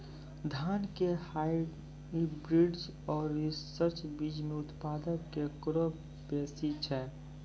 धान के हाईब्रीड और रिसर्च बीज मे उत्पादन केकरो बेसी छै?